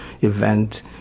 event